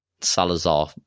Salazar